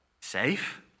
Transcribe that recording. Safe